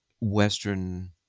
Western